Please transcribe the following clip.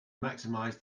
maximize